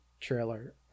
trailer